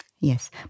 yes